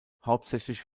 hauptsächlich